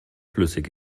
flüssig